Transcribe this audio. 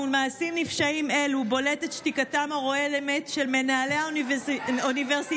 מול מעשים נפשעים אלו בולטת שתיקתם הרועמת של מנהלי האוניברסיטאות,